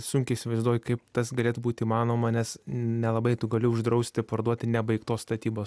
sunkiai įsivaizduoju kaip tas galėtų būt įmanoma nes nelabai tu gali uždrausti parduoti nebaigtos statybos